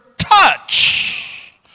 touch